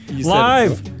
live